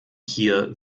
hier